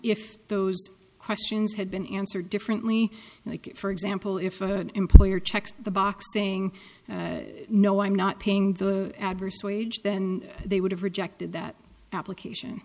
if those questions had been answered differently for example if employer checks the box saying no i'm not paying the adverse wage then they would have rejected that application